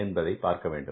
என்பதை பார்க்க வேண்டும்